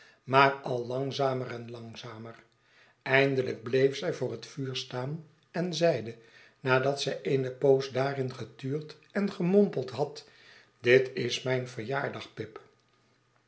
maar al langzamer en langzamer eindelijk bleef zij voor het vuur staan en zeide nadat zij eene poos daarin getuurd en gemompeld had dit is mijn verjaardag pip